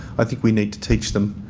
i think we need to teach them